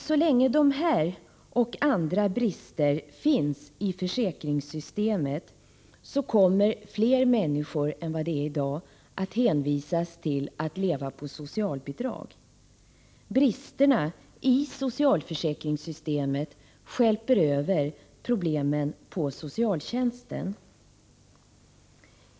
Så länge dessa och andra brister finns i försäkringssystemet kommer fler människor än i dag att hänvisas till att leva på socialbidrag. Bristerna i socialförsäkringssystemet stjälper över problemen på socialtjänsten.